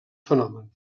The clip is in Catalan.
fenomen